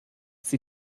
sie